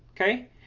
Okay